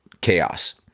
chaos